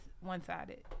one-sided